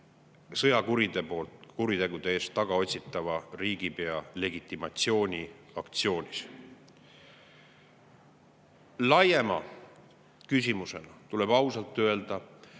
sõjakuritegude eest tagaotsitava riigipea legitimatsiooni aktsioonis. Laiema küsimusena tuleb ausalt öelda,